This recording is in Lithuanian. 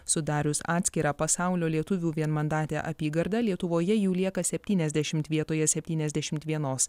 sudarius atskirą pasaulio lietuvių vienmandatę apygardą lietuvoje jų lieka septyniasdešimt vietoje septyniasdešimt vienos